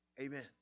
Amen